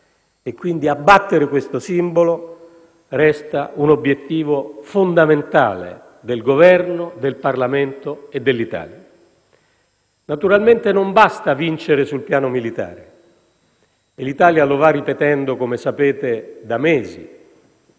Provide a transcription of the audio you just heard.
Quindi abbattere questo simbolo resta un obiettivo fondamentale del Governo, del Parlamento e dell'Italia. Naturalmente non basta vincere sul piano militare e l'Italia lo va ripetendo, come sapete, da mesi